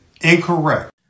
incorrect